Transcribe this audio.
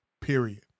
period